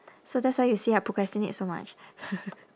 so that's why you see I procrastinate so much